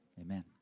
Amen